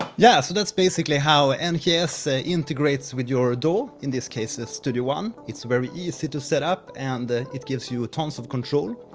yeah so that's basically how and nks ah integrates with your daw. in this case it's studio one. it's very easy to setup and it gives you tons of control.